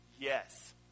Yes